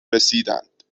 رسیدند